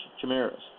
chimeras